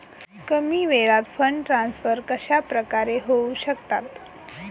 कमी वेळात fund transfer कशाप्रकारे होऊ शकतात?